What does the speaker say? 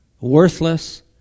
worthless